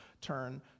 turn